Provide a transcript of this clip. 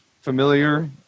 familiar